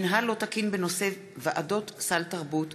מינהל לא תקין בנושא ועדות סל תרבות,